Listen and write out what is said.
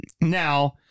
Now